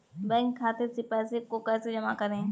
Bank खाते से पैसे को कैसे जमा करें?